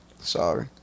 sorry